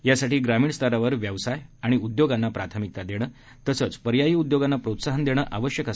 यासाठी ग्रामीण स्तरावर व्यवसाय उद्योगांना प्राथमिकता देणे आणि पर्यायी उद्योगांना प्रोत्साहन देणे आवश्यक आहे